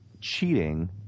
cheating